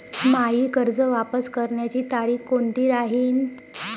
मायी कर्ज वापस करण्याची तारखी कोनती राहीन?